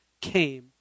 came